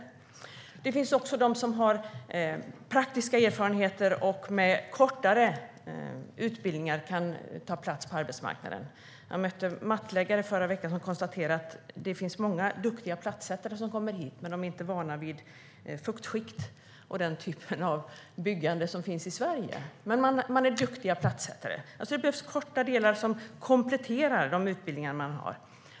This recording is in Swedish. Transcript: Det finns också de som har praktiska erfarenheter och med kortare utbildningar kan ta plats på arbetsmarknaden. Jag mötte mattläggare förra veckan som konstaterade att det är många duktiga plattsättare som kommer hit, men de är inte vana vid fuktskikt och den typen av byggande som finns i Sverige. Men de är duktiga plattsättare, så det behövs korta delar som kompletterar de utbildningar de har.